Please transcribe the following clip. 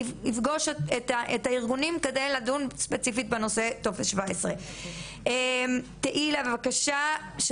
יפגוש את הארגונים על מנת לדון ספציפית בנושא טופס 17. תהילה בבקשה,